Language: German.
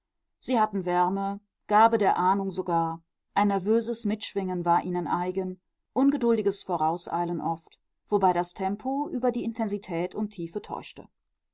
sie hatten wärme gabe der ahnung sogar ein nervöses mitschwingen war ihnen eigen ungeduldiges vorauseilen oft wobei das tempo über die intensität und tiefe täuschte